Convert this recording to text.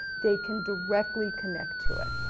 they can directly connect to it.